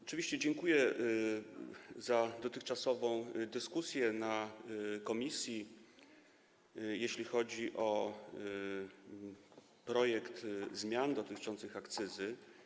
Oczywiście dziękuję za dotychczasową dyskusję w komisji, jeśli chodzi o projekt zmian dotyczących akcyzy.